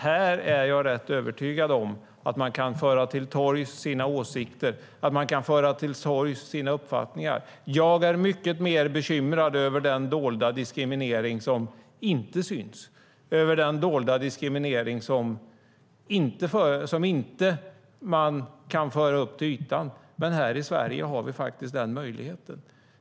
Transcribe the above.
Jag är dock rätt övertygad om att man här kan föra till torgs sina åsikter och uppfattningar. Jag är mycket mer bekymrad över den diskriminering som inte syns, den dolda diskriminering som inte kan föras upp till ytan. Men här i Sverige har vi den möjligheten.